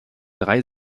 drei